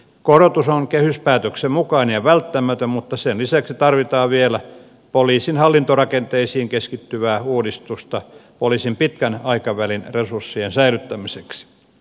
korotus on kehyspäätöksen mukainen ja välttämätön mutta sen lisäksi tarvitaan vielä poliisin hallintorakenteisiin keskittyvää uudistusta poliisin pitkän aikavälin resurssien säilyttämiseksi